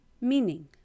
meaning